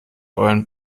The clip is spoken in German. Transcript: euren